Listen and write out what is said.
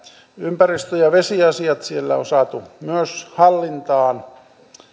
ympäristö ja vesiasiat siellä on saatu myös hallintaan